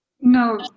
No